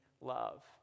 love